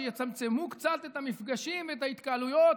שיצמצמו קצת את המפגשים ואת ההתקהלויות.